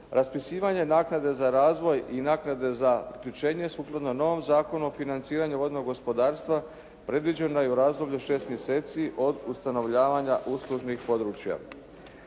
raspisivanje naknade za razvoj i naknade za priključenje sukladno novom Zakonu o financiranju vodnog gospodarstva predviđena je u razdoblju od 6 mjeseci od ustanovljavanja uslužnih područja.